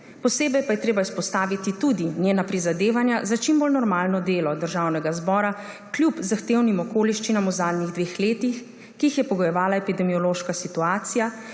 Posebej pa je treba izpostaviti tudi njena prizadevanja za čim bolj normalno delo Državnega zbora kljub zahtevnim okoliščinam v zadnjih dveh letih, ki jih je pogojevala epidemiološka situacija,